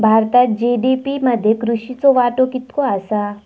भारतात जी.डी.पी मध्ये कृषीचो वाटो कितको आसा?